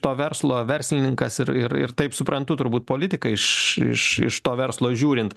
to verslo verslininkas ir ir ir taip suprantu turbūt politikai iš iš iš to verslo žiūrint